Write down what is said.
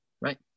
Right